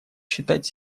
считать